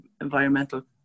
environmental